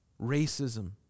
racism